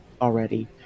already